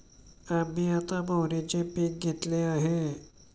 आम्ही आता मोहरीचे पीक घेतले आहे